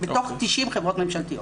מתוך 90 חברות ממשלתיות.